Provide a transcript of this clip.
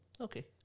Okay